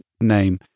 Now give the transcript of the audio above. name